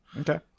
Okay